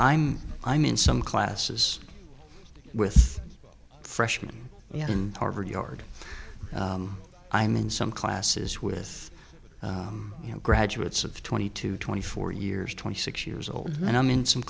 i'm i mean some classes with freshman and harvard yard i mean some classes with you know graduates of twenty two twenty four years twenty six years old and i'm in some